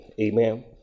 Amen